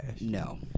No